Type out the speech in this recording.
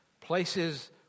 places